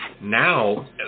Now